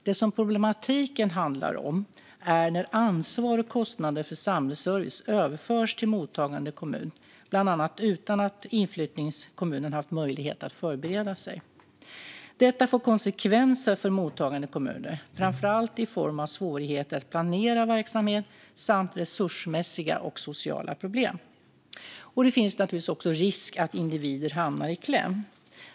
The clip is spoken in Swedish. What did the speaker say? Det som problematiken handlar om är när ansvar och kostnader för samhällsservice överförs till mottagande kommun, bland annat utan att inflyttningskommunen har haft möjlighet att förbereda sig. Detta får konsekvenser för mottagande kommuner, framför allt i form av svårigheter att planera verksamhet samt resursmässiga och sociala problem. Det finns naturligtvis också risk att individer hamnar i kläm.